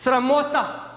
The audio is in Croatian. Sramota.